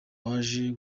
waje